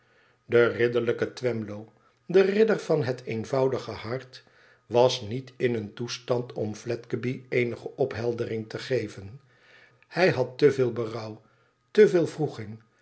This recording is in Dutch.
de ridderlijke twemlow de ridder van het eenvoudige hart was niet in een toestand om fledgeby eenige opheldering te geven hij had te veel berouw